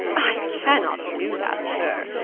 i cannot do that, sir,